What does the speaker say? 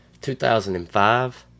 2005